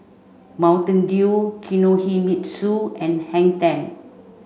Mountain Dew Kinohimitsu and Hang Ten